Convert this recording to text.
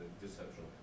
deception